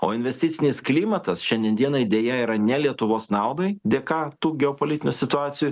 o investicinis klimatas šiandien dienai deja yra ne lietuvos naudai dėka tų geopolitinių situacijų